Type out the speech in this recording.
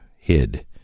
hid